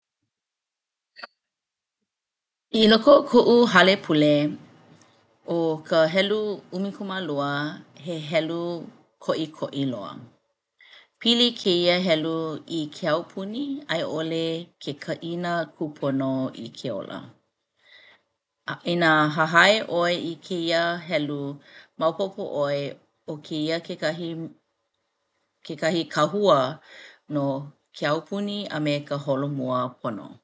I loko o koʻu halepule, ʻo ka helu ʻumikūmālua he helu koʻikoʻi loa. Pili kēia helu i ke aupuni a i ʻole ke kaʻina kūpono i ke ola. Inā hahai ʻoe i kēia helu maopopo ʻoe ʻo kēia kekahi kekahi kāhua no ke aupuni a me ka holomua pono.